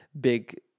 big